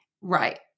Right